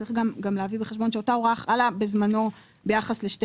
צריך גם להביא בחשבון שאותה הוראה חלה בזמנו ביחס לשתי